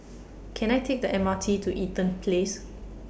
Can I Take The M R T to Eaton Place